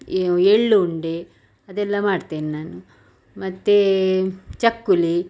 ಈ ಎಳ್ಳುಂಡೆ ಅದೆಲ್ಲಾ ಮಾಡ್ತೇನೆ ನಾನು ಮತ್ತು ಚಕ್ಕುಲಿ